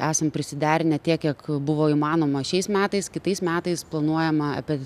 esam prisiderinę tiek kiek buvo įmanoma šiais metais kitais metais planuojama apie